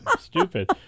Stupid